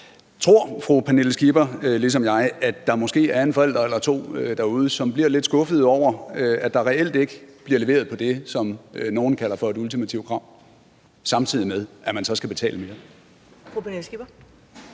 Tror fru Pernille Skipper ligesom mig, at der måske er en forælder eller to derude, som bliver lidt skuffet over, at der reelt ikke bliver leveret på det, som nogle kalder for et ultimativt krav, samtidig med at man så skal betale mere?